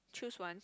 choose once